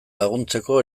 laguntzeko